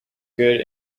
good